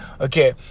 okay